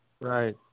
right